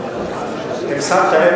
אם שמת לב,